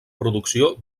producció